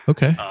Okay